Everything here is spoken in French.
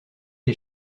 les